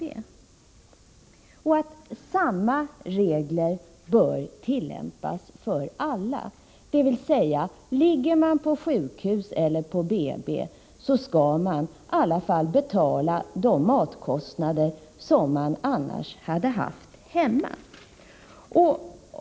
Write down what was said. Han säger att samma regler bör tillämpas för alla, dvs. ligger man på sjukhus eller på BB, så skall man i alla fall betala de matkostnader som man annars hade haft hemma.